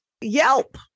Yelp